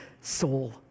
soul